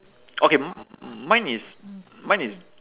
okay mine is mine is